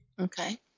Okay